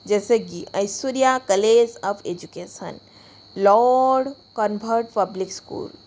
जैसे कि Aishwarya college of education lord comfort public school